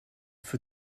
für